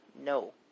no